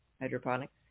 Hydroponics